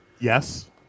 Yes